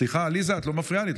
סליחה, עליזה, את לא מפריעה לי.